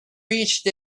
reached